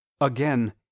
again